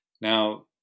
Now